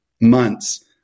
months